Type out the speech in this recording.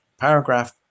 Paragraph